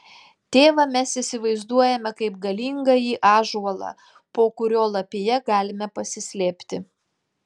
tėvą mes įsivaizduojame kaip galingąjį ąžuolą po kurio lapija galime pasislėpti